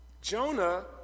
Jonah